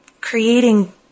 creating